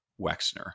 Wexner